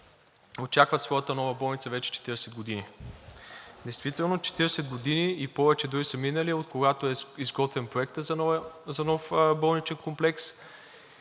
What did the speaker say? очакват своята нова болница вече 40 години. Действително 40 години и повече дори са минали, откогато е изготвен проектът за нов болничен комплекс